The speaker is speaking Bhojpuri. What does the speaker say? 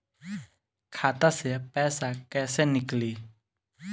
खाता से पैसा कैसे नीकली?